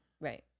right